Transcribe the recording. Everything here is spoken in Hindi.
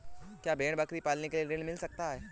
क्या भेड़ बकरी पालने के लिए ऋण मिल सकता है?